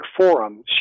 forum